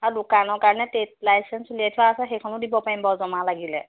আৰু দোকানৰ কাৰণে ট্ৰেড লাইচেন্ঞ্চ উলিয়াই থোৱা আছে সেইখনো দিব পাৰিম বাৰু জমা লাগিলে